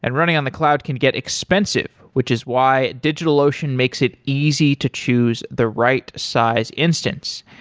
and running on the cloud can get expensive, which is why digitalocean makes it easy to choose the right size instance.